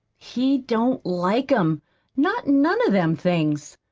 he don't like em not none of them things.